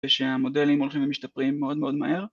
‫ושהמודלים הולכים ומשתפרים ‫מאוד מאוד מהר.